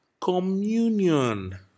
communion